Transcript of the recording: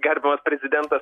gerbiamas prezidentas